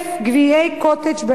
כ-27,000 גביעי "קוטג'".